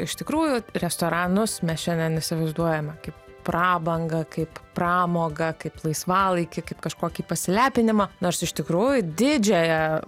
iš tikrųjų restoranus mes šiandien įsivaizduojame kaip prabangą kaip pramogą kaip laisvalaikį kaip kažkokį pasilepinimą nors iš tikrųjų didžiąją